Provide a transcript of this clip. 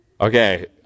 okay